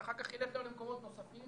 שאחרי כך ילך גם למקומות נוספים,